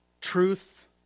truth